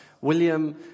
William